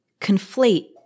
conflate